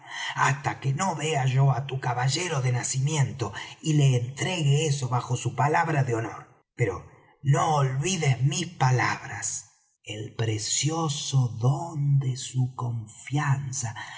hasta que no vea yo á tu caballero de nacimiento y le entregué eso bajo su palabra de honor pero no olvides mis palabras el precioso don de su confianza